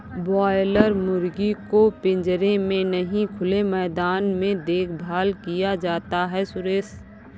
boiler मुर्गी को पिंजरे में नहीं खुले मैदान में देखभाल किया जाता है सुरेश